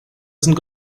isn’t